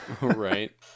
right